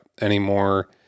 anymore